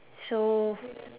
so